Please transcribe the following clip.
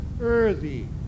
earthy